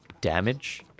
damage